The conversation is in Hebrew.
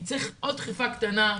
צריך עוד דחיפה קטנה.